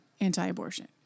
anti-abortion